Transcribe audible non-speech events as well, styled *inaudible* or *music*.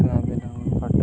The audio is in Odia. *unintelligible*